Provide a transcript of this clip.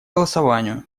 голосованию